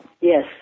Yes